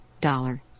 Dollar